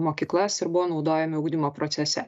mokyklas ir buvo naudojami ugdymo procese